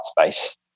space